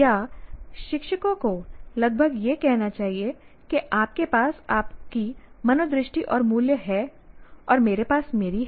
क्या शिक्षकों को लगभग यह कहना चाहिए कि आपके पास आपका मनोदृष्टि और मूल्य है और मेरे पास मेरा है